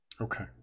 Okay